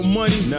money